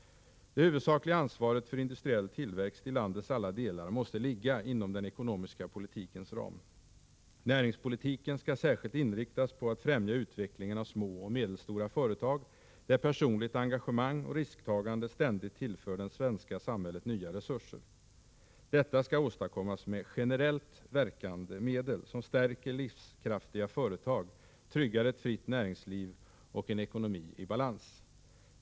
Det huvudsakliga ansvaret för industriell tillväxt i landets alla delar måste ligga inom den ekonomiska politikens ram. Näringspolitiken skall särskilt inriktas på att främja utvecklingen av små och medelstora företag, där personligt engagemang och risktagande ständigt tillför det svenska samhället nya resurser. Detta skall åstadkommas med generellt verkande medel som stärker livskraftiga företag, tryggar ett fritt näringsliv och en ekonomi i balans.